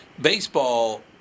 Baseball